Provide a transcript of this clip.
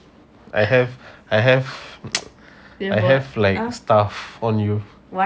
I have I have I have like stuff on you